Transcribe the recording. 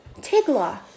Tigla